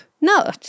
No